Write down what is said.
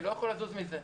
אני לא יכול לזוז מזה.